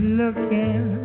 looking